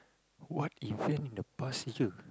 what event in the past year